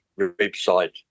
website